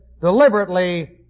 deliberately